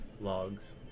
logs